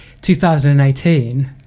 2018